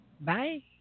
Bye